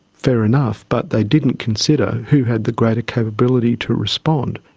fair enough, but they didn't consider who had the greater capability to respond.